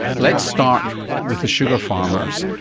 let's start with the sugar farmers.